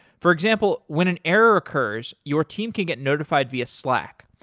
for example, when an error occurs, your team can get notified via slack.